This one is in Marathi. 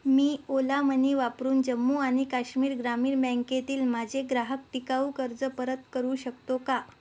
मी ओला मनी वापरून जम्मू आणि काश्मीर ग्रामीण बँकेतील माझे ग्राहक टिकाऊ कर्ज परत करू शकतो का